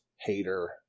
Hater